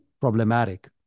problematic